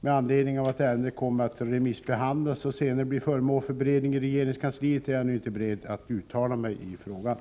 Med anledning av att ärendet kommer att remissbehandlas och senare bli föremål för beredning i regeringskansliet är jag nu inte beredd att uttala mig i frågan.